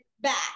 back